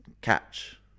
Catch